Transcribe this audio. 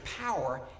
power